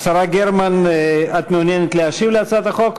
השרה גרמן, את מעוניינת להשיב על הצעת החוק?